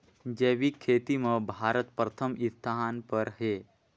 जैविक खेती म भारत प्रथम स्थान पर हे